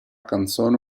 canzone